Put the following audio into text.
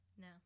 no